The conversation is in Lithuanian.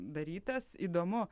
darytas įdomu